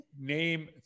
name